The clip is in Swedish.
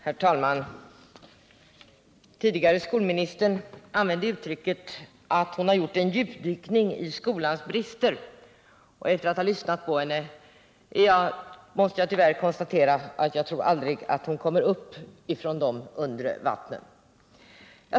Herr talman! Tidigare skolministern Lena Hjelm-Wallén berättade att hon, som hon uttryckte det, hade gjort en djupdykning i skolans brister. Efter att ha lyssnat på henne måste jag tyvärr konstatera att jag tror att hon aldrig kommer upp från de undre vattnen.